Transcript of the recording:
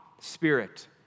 spirit